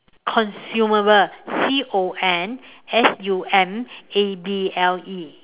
consumable C O N S U M A B L E